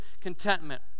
contentment